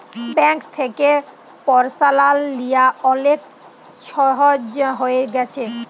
bank থ্যাকে পারসলাল লিয়া অলেক ছহজ হঁয়ে গ্যাছে